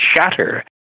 shatter